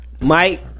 Mike